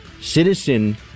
citizen